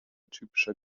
typischer